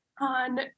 on